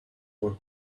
from